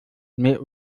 mehr